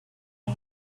pay